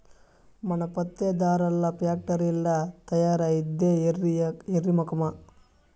మన పత్తే దారాల్ల ఫాక్టరీల్ల తయారైద్దే ఎర్రి మొకమా